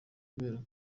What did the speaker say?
kubera